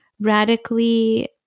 radically